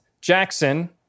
Jackson